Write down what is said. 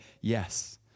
yes